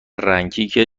رنکینگ